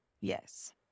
Yes